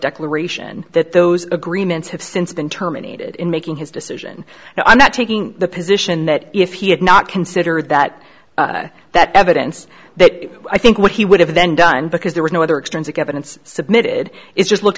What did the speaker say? declaration that those agreements have since been terminated in making his decision and i'm not taking the position that if he had not considered that that evidence that i think what he would have then done because there was no other extrinsic evidence submitted is just look